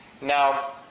Now